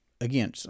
again